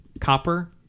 copper